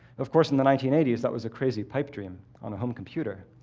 of course, in the nineteen eighty s, that was a crazy pipe dream on a home computer.